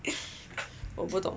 我不懂